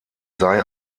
sei